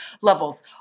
levels